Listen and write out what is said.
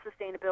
sustainability